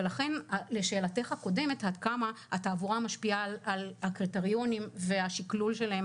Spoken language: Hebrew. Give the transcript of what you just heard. לשאלתך הקודמת עד כמה התעבורה משפיעה על הקריטריונים והשקלול שלהם